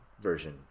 version